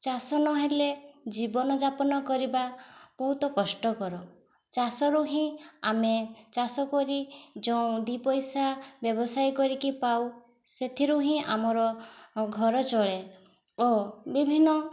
ଚାଷ ନହେଲେ ଜୀବନଯାପନ କରିବା ବହୁତ କଷ୍ଟକର ଚାଷରୁ ହିଁ ଆମେ ଚାଷ କରି ଯେଉଁ ଦି ପଇସା ବ୍ୟବସାୟ କରିକି ପାଉ ସେଥିରୁ ହିଁ ଆମର ଘର ଚଳେ ଓ ବିଭିନ୍ନ